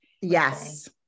Yes